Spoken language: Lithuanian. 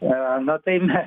a na tai mes